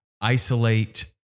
isolate